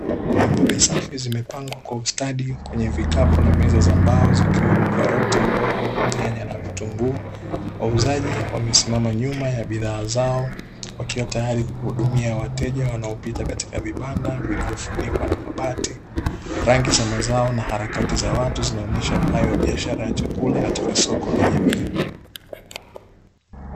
Mbogamboga safi zimepangwa kwa ustadi kwenye vikapu na meza za mbao zikiwemo karoti, hoho, nyanya na vitunguu. Wauzaji wamesimama nyuma ya bidhaa zao wakiwa tayari kuhudumia wateja wanaopita katika vibanda vilivyofunikwa na mabati, rangi za mazao na harakati za watu zinaonyea uhai wa biashara ya chakula katika soko la jamii.